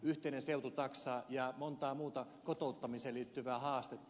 yhteinen seututaksa ja monta muuta kotouttamiseen liittyvää haastetta